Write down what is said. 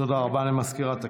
תודה רבה למזכירת הכנסת.